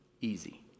easy